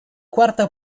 quarta